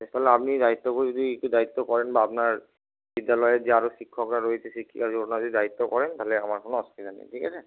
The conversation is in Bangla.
তাহলে আপনি দায়িত্ব করে যদি একটু দায়িত্ব করেন বা আপনার বিদ্যালয়ের যে আরো শিক্ষকরা রয়েছে শিক্ষিকারা ওঁরা যদি দায়িত্ব করেন তাহলে আমার কোনও আসুবিধা নেই ঠিক আছে